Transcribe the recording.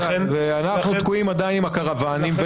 ואנחנו תקועים עדיין עם הקרוואנים,